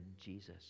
Jesus